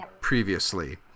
previously